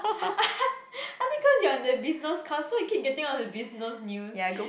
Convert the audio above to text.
I think cause you are in the business course so you keep getting all the business news